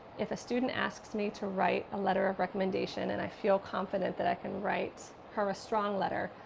if a student asks me to write a letter of recommendation and i feel confident that i can write her a strong letter,